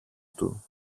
του